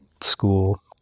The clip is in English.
school